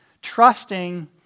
Trusting